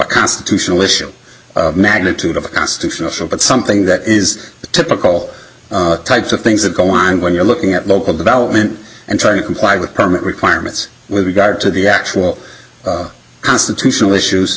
constitutional issue of magnitude of a constitutional but something that is typical types of things that go on when you're looking at local development and trying to comply with permit requirements with regard to the actual constitutional issues